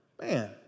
Man